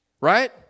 Right